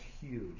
huge